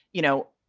you know,